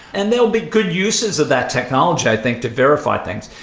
and they'll be good uses of that technology, i think to verify things.